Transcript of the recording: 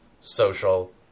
social